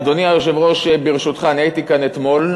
אדוני היושב-ראש, ברשותך, אני הייתי כאן אתמול.